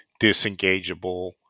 disengageable